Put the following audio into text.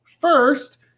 first